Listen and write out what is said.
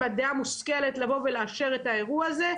דעה מושכלת לבוא ולאשר את האירוע הזה.